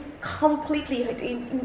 completely